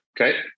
Okay